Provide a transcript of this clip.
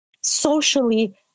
socially